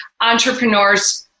entrepreneurs